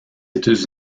états